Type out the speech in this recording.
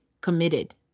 committed